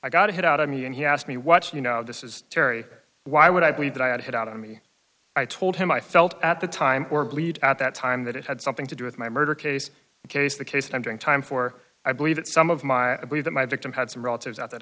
i got it out of me and he asked me what you know this is terry why would i believe that i had it out on me i told him i felt at the time or believed at that time that it had something to do with my murder case the case the case i'm doing time for i believe that some of my i believe that my victim had some relatives out that